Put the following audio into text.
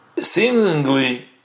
Seemingly